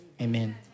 amen